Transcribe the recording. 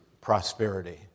prosperity